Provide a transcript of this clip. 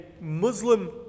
Muslim